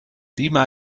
lima